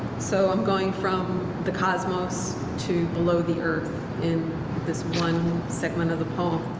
so i'm going from the cosmos to below the earth in this one segment of the poem.